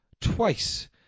twice